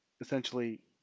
essentially